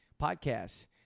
podcasts